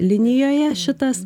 linijoje šitas